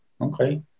Okay